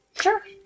Sure